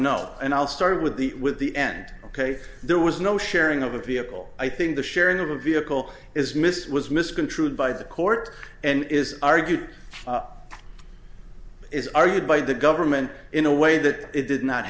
no and i'll start with the with the end ok there was no sharing of a vehicle i think the sharing of a vehicle is mis was misconstrued by the court and it is argued is argued by the government in a way that it did not